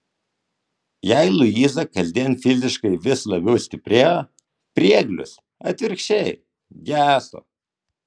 jei luiza kasdien fiziškai vis labiau stiprėjo prieglius atvirkščiai geso